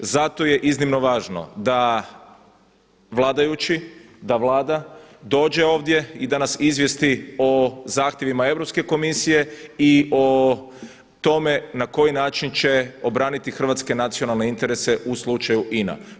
Zato je iznimno važno da vladajući, da Vlada dođe ovdje i da nas izvijesti o zahtjevima Europske komisije i o tome na koji način će obraniti hrvatske nacionalne interese u slučaju INA.